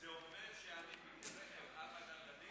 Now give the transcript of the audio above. זה אומר שאני, נכון.